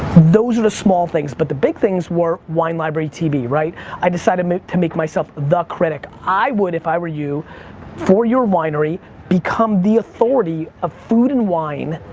those are the small things, but the big things were wine library tv, right? i decided to make myself the critic. i would if i were you for your winery become the authority of food and wine,